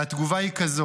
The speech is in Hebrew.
התגובה היא כזו: